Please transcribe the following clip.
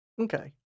Okay